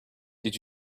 did